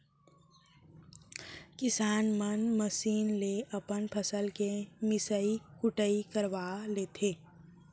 किसान मन मसीन ले अपन फसल के मिसई कुटई करवा लेथें